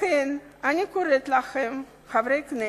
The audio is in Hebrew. לכן אני קוראת לכם, חברי הכנסת,